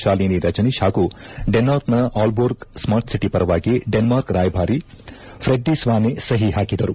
ಶಾಲಿನ ರಜನೀಶ್ ಹಾಗೂ ಡೆನ್ನಾರ್ಕ್ನ Aalborg smart city ಪರವಾಗಿ ಡೆನ್ನಾರ್ಕ್ ರಾಯಭಾರಿ ಹ್ವೆಡ್ಡಿ ಸ್ನಾನೆ ಸಹಿ ಹಾಕಿದರು